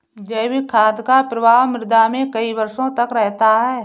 जैविक खाद का प्रभाव मृदा में कई वर्षों तक रहता है